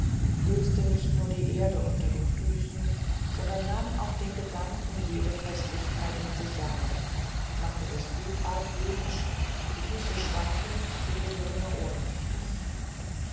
löste nicht nur die erde unter den füßen sondern nahm auch den gedanken jede festigkeit und sicherheit machte das blut argwöhnisch die füße schwankend die gehirne ohnmächtig